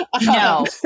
no